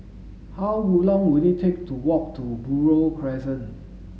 how long will it take to walk to Buroh Crescent